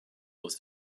was